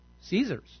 Caesar's